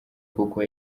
kuko